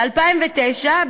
ב-2009,